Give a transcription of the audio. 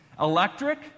Electric